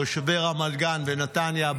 תושבי רמת גן ונתניה.